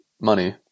money